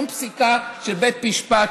שום פסיקה של בית משפט,